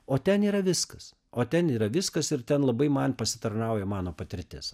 o ten yra viskas o ten yra viskas ir ten labai man pasitarnauja mano patirtis